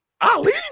Ali